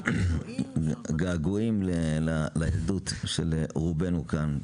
געגועים לילדות של רובנו כאן.